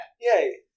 Yay